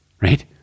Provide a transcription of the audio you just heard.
right